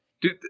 Dude